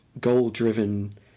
goal-driven